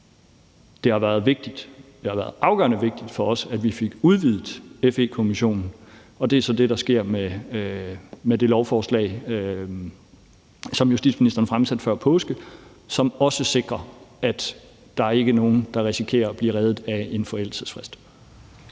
det har været afgørende vigtigt for os, at vi fik udvidet FE-kommissionen, og det er så det, der sker med det lovforslag, som justitsministeren fremsatte før påske, og som også sikrer, at der ikke er nogen, der risikerer at blive reddet af en forældelsesfrist.